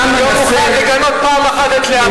אתה לא מוכן לגנות פעם אחת את להב"ה.